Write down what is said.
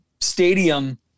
stadium